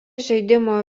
žaidimo